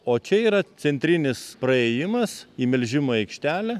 o čia yra centrinis praėjimas į melžimo aikštelę